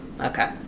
okay